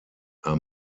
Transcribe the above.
are